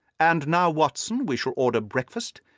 and now, watson, we shall order breakfast,